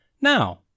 Now